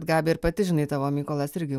gabija ir pati žinai tavo mykolas irgi